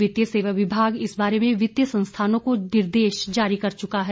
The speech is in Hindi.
वित्तीय सेवा विभाग इस बारे में वित्तीय संस्थानों को निर्देश जारी कर चुका है